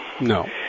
No